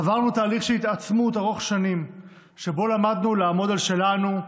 עברנו תהליך של התעצמות ארוך שנים שבו למדנו לעמוד על שלנו,